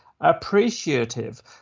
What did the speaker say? appreciative